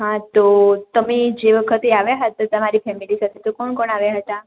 હા તો તમે જે વખતે આવ્યા હતા તમારી ફેમેલી સાથે તો કોણ કોણ આવ્યા હતા